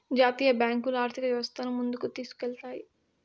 జాతీయ బ్యాంకులు ఆర్థిక వ్యవస్థను ముందుకు తీసుకెళ్తాయి